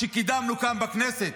שקידמנו כאן בכנסת,